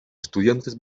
estudiantes